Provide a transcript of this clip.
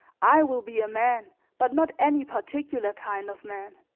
i will be a man but not any particular kind of man.